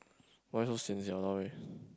why so sian sia !walao eh!